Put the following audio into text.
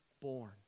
born